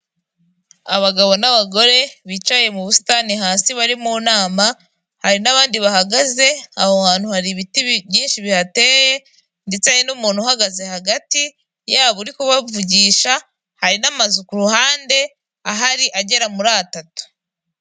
Abagabo n'abagore bicaye mu busitani hasi bari mu nama, hari n'abandi bahagaze aho hantu hari ibiti byinshi bihateye, ndetse n'umuntu uhagaze hagati yabo uri kubavugisha, hari n'amazu ku ruhande ahari agera muri atatu.